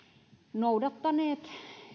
noudattaneet